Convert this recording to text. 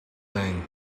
thing